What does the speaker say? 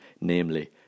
namely